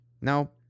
Now